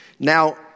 Now